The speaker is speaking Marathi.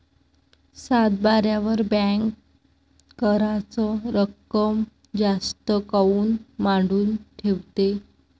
सातबाऱ्यावर बँक कराच रक्कम जास्त काऊन मांडून ठेवते?